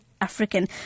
African